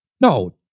no